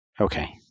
Okay